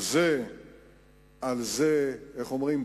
על זה, איך אומרים?